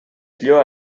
lloa